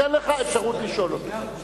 אתן לך אפשרות לשאול אותו.